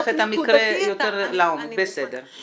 אני אתן לך את המקרה יותר לעומק, בסדר.